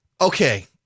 Okay